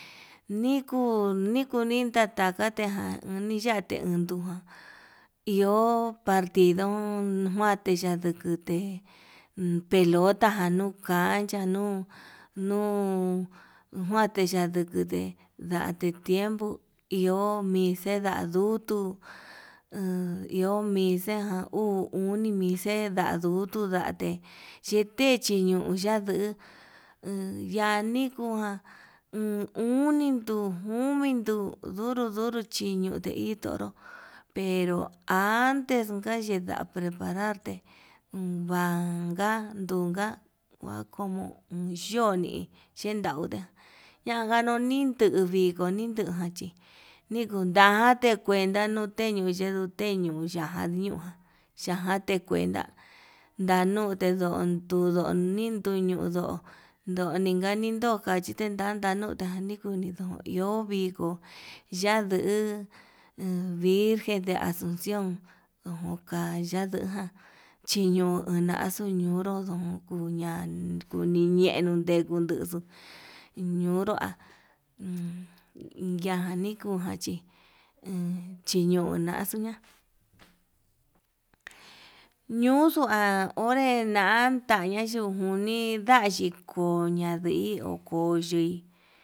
Nikuu nikuu nitakate jan uniyate unduján iho partido, njuante yadukute pelota nu cancha nuu nuu njuante yandukute yate tiempo iho mixe nda ndutuu, he ihoo mixejan uu oni mixe'e ndadutu ndate chiche tiñon yaduu yanikuján uu uni duu uni duu duro duro chiñote hi toro, pero antes unka chiya'a prepararte uun vanka nduka kua kumo iin yo'oni yen ndauda yankanuu ninduvi, koni yujan chí nikundajate kuenta no'o teñuu yuu teñun ya'á nujan yajate cuenta ndanute nduntudo nii, tuñuu ndo'o ndonja ninota dunka chikantani ndo nikudo iho viko yanduu, virgen de asución ujun kaya nduján chiño axuu ñunru ndu kuñan kuniyenron ndee kunduu, ñunrua yanii kujan chí enchiño naxuu na'a ñuuxua onre nantai ñayujuni ya'á yikoo nadii ho ko yei.